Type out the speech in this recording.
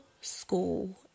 school